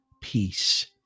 Peace